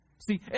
See